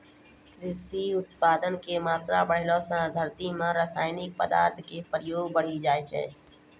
कृषि उत्पादो के मात्रा बढ़ैला से धरती मे रसायनिक पदार्थो के प्रयोग बढ़ि जाय छै